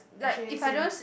actually same